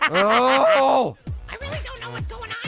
oh. i really don't know what's going